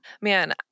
Man